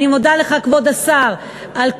יש